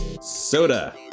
Soda